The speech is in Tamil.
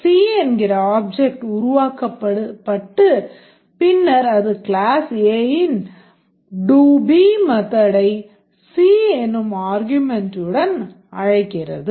c என்கிற ஆப்ஜெக்ட் உருவாக்கப்பட்டு பின்னர் அது class Aன் doB method ஐ c எனும் argument உடன் அழைக்கிறது